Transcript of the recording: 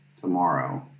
tomorrow